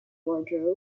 wardrobe